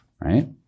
Right